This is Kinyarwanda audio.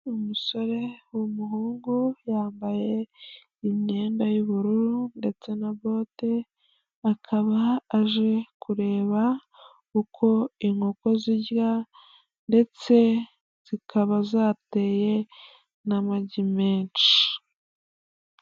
Umusore wumuhungu yambaye imyenda y'ubururu ndetse na bote, akaba aje kureba uko inkoko zirya, ndetse zikaba zateye n'amagi menshi.